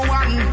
one